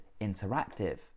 interactive